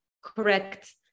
correct